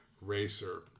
racer